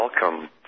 welcome